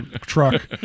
truck